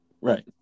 Right